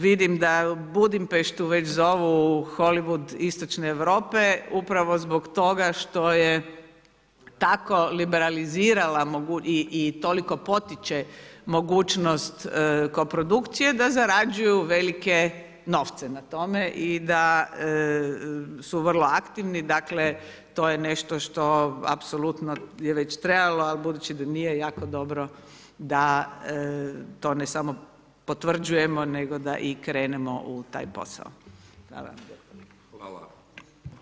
Vidim da Budimpeštu već zovu Holywood istočne Europe upravo zbog toga što je tako liberalizirala i toliko potiče mogućnost koprodukcije da zarađuju velike novce na tome i da su vrlo aktivni, dakle to je nešto što apsolutno je već trebalo ali budući da nije, jako dobro da to ne samo potvrđujemo nego da i krenemo u taj posao.